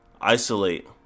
isolate